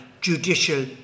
judicial